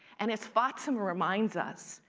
and as fatima reminds us,